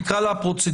נקרא לה "הפרוצדורלית",